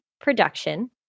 production